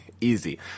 Easy